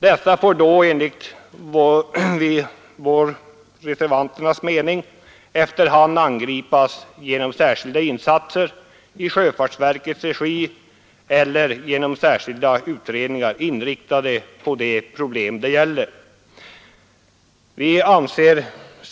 Dessa får då, enligt den uppfattning som vi reservanter har, efter hand angripas genom särskilda insatser i sjöfartsverkets regi eller genom särskilda utredningar, inriktade på de problem det gäller.